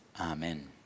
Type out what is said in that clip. Amen